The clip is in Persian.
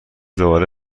دوباره